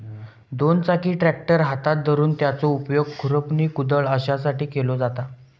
दोन चाकी ट्रॅक्टर हातात धरून त्याचो उपयोग खुरपणी, कुदळ अश्यासाठी केलो जाता